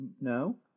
No